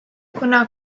kuna